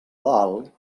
dalt